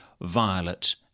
Violet